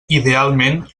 idealment